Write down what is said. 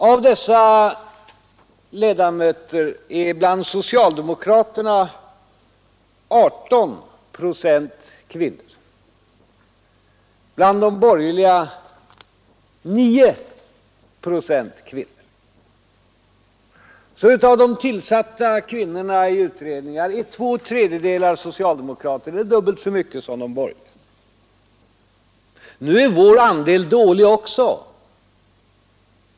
Av dessa ledamöter är bland socialdemokraterna 18 procent kvinnor, bland de borgerliga 9 procent kvinnor. Av de tillsatta kvinnorna i sådana utredningar är alltså två tredjedelar socialdemokrater eller dubbelt så många som de borgerliga. Nu är vår andel också dålig.